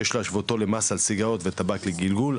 יש להשוותו למס על סיגריות וטבק לגלגול,